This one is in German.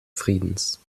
friedens